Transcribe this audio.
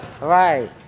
Right